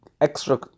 extra